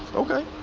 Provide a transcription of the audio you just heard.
ok.